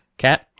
Cat